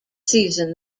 season